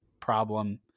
problem